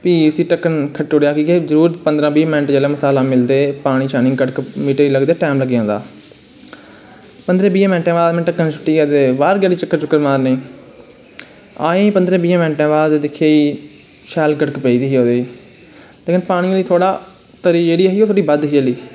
फ्ही उसी ढक्कन खट्टी ओड़ेआ जरूर जिसलै पंदरां बाह् मैंट मसाला मिलदें गड़क मीटे गी लगदैं टैम लग्गी जंदा पंदरैं बाहैं मैंटैं बाद में पानी सुट्टिया बाह्र गेआ उठी चक्कर चुक्कर मारनें गी आया पंदरें बाहें मैंटें बाद दिक्खेआ शैल गड़क पेदी ही ते पानी बिच्च थोह्ड़ा तरी जेह्ड़ी ओह् बद्द ही थोह्ड़ी